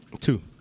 Two